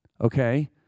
okay